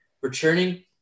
Returning